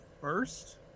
first